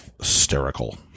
hysterical